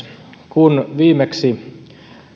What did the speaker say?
kun viimeksi